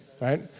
right